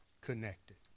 Connected